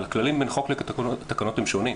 אבל הכללים בין חוק לתקנות הם שונים.